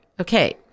Okay